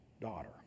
daughter